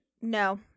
No